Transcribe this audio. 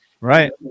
Right